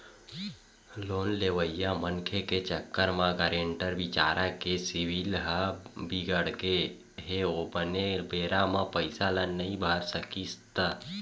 loan लेवइया मनखे के चक्कर म गारेंटर बिचारा के सिविल ह बिगड़गे हे ओहा बने बेरा म पइसा ल नइ भर सकिस त